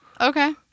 Okay